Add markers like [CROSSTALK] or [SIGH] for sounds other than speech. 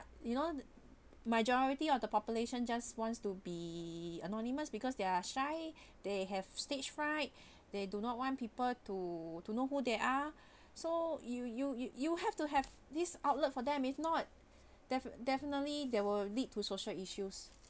you know the majority of the population just wants to be anonymous because they are shy [BREATH] they have stage fright [BREATH] they do not want people to to know who they are [BREATH] so you you you you have to have this outlet for them if not [BREATH] def~ definitely there will lead to social issues